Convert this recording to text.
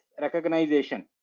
recognition